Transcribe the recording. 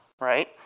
right